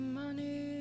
money